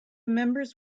members